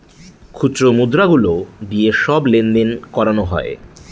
খুচরো মুদ্রা গুলো দিয়ে সব লেনদেন করানো হয়